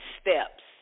steps